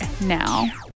now